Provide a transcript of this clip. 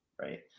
right